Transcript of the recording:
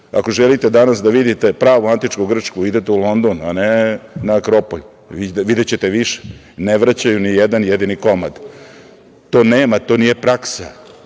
Ako želite da vidite pravu antičku Grčku idete u London, a ne na Akropolj, videćete više. Ne vraćaju ni jedan jedini komad. To nema, to nije praksa.